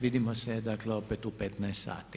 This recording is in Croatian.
Vidimo se dakle opet u 15,00 sati.